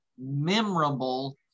memorable